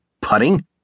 Putting